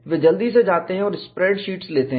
वे जल्दी से जाते हैं और स्प्रेडशीट्स लेते हैं